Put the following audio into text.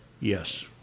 yes